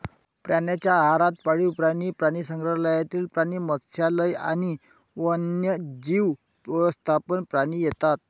प्राण्यांच्या आहारात पाळीव प्राणी, प्राणीसंग्रहालयातील प्राणी, मत्स्यालय आणि वन्यजीव व्यवस्थापन प्राणी येतात